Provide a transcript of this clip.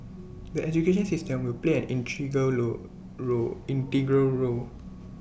the education system will play an role role integral role